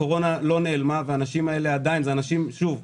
הקורונה לא נעלמה והאנשים האלה עדיין שוב,